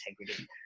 integrity